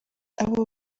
abo